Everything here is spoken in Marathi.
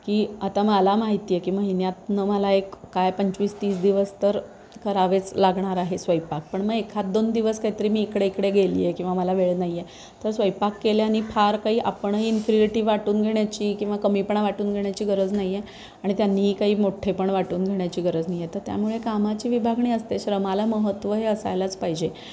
की आता माला माहिती आहे की महिन्यातून मला एक काय पंचवीस तीस दिवस तर करावेच लागणार आहे स्वयंपाक पण मग एखादं दोन दिवस काहीतरी मी इकडे इकडे गेली आहे किंवा मला वेळ नाही आहे तर स्वयंपाक केल्याने फार काही आपणही इन्फ्रूएटी वाटून घेण्याची किंवा कमीपणा वाटून घेण्याची गरज नाही आहे आणि त्यांनीही काही मोठेपण वाटून घेण्याची गरज नाही आहे तर त्यामुळे कामाची विभागणी असते श्रमाला महत्त्व हे असायलाच पाहिजे